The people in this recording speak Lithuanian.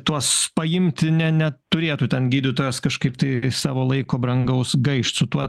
tuos paimti ne ne turėtų ten gydytojas kažkaip tai savo laiko brangaus gaišt su tuo